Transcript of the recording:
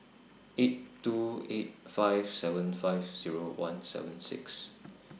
eight two eight five seven five Zero one seven six